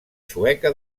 sueca